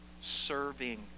serving